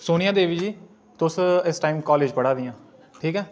सोनिया देवी जी तुस इस time college पढ़ा दियां न ठीक ऐ